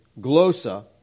glosa